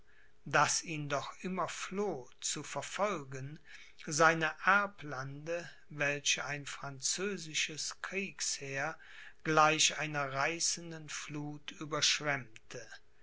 das ihn doch immer floh zu verfolgen seine erblande welche ein französisches kriegsheer gleich einer reißenden fluth überschwemmte